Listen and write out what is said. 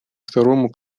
второму